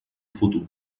futur